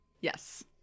Yes